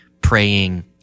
praying